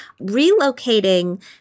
Relocating